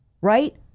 right